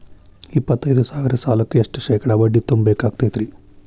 ಎಪ್ಪತ್ತೈದು ಸಾವಿರ ಸಾಲಕ್ಕ ಎಷ್ಟ ಶೇಕಡಾ ಬಡ್ಡಿ ತುಂಬ ಬೇಕಾಕ್ತೈತ್ರಿ?